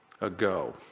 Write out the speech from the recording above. ago